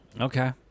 Okay